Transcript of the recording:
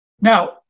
Now